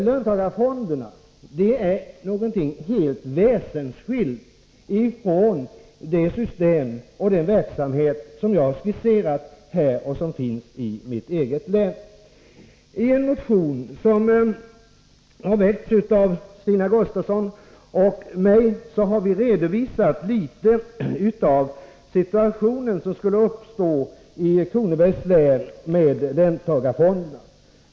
Löntagarfonder är något helt väsensskilt ifrån det system och den verksamhet som jag här har skisserat och som finns i mitt eget län. I en motion som har väckts av Stina Gustavsson och mig har vi redovisat litet grand av den situation som skulle uppstå i Kronobergs län med löntagarfonder.